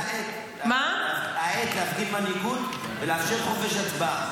זו העת להפגין מנהיגות ולאפשר חופש הצבעה.